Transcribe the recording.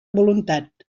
voluntat